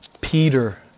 Peter